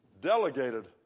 delegated